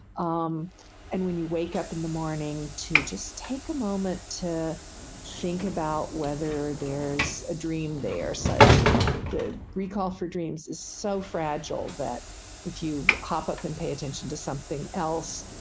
um and when you wake up in the morning to just take a moment to think about whether there's a dream there so the recall for dreams is so fragile that if you hop up and pay attention to something else,